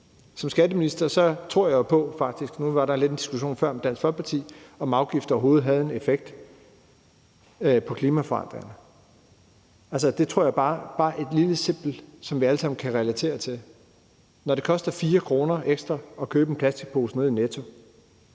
som skatteminister på. Nu var der lidt en diskussion før med Dansk Folkeparti, om afgifter overhovedet havde en effekt på klimaforandringer, og jeg har et lille, simpelt eksempel, som vi alle kan relatere til: Når det koster 4 kr. ekstra at købe en plastikpose nede i Netto,